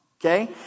okay